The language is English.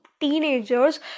teenagers